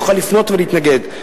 יוכל לפנות ולהתנגד.